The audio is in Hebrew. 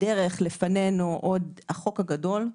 בדרך לפנינו עוד החוק הגדול,